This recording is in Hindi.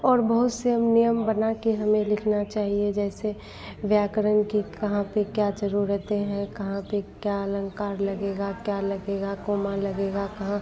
और बहुत से हम नियम बनाकर हमें लिखना चाहिए जैसे व्याकरण की कहाँ पर क्या ज़रूरतें हैं कहाँ पर क्या अलंकार लगेगा क्या लगेगा कोमा लगेगा कहाँ